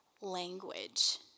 language